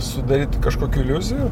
sudaryt kažkokių iliuzijų